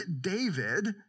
David